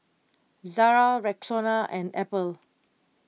Zara Rexona and Apple